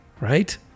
right